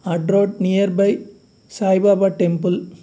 Adda road near by Saibaba temple